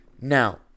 Now